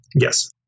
yes